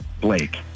Blake